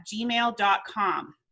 gmail.com